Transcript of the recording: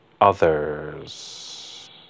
others